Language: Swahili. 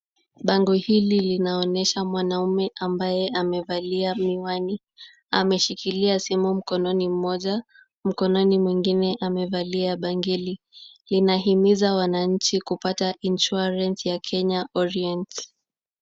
Bango hili linaonyesha mwanaume ambaye amevalia miwani. Ameshikilia simu mkononi mmoja. Mkononi mwingine amevalia bangili. Inahimiza wananchi kupata insurance ya Kenya Orients.